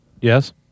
Yes